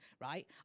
Right